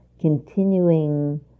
continuing